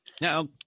Now